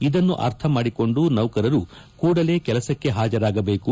ಇದನ್ನು ಅರ್ಥ ಮಾಡಿಕೊಂಡು ನೌಕರರು ಕೂಡಲೇ ಕೆಲಸಕ್ಕೆ ಪಾಜರಾಗಬೇಕು